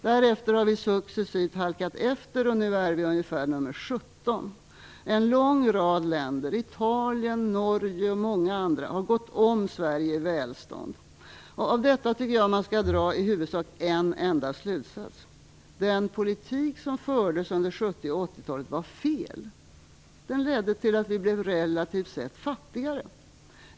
Därefter har vi successivt halkat efter, och nu är vi ungefär nr 17. En lång rad länder - Italien, Norge och många andra - har gått om Sverige i fråga om välstånd. Av detta tycker jag att man skall dra i huvudsak en enda slutsats: Den politik som fördes under 70 och 80-talen var fel. Den ledde till att vi blev relativt sett fattigare.